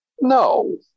No